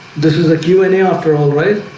this is a q and a after all right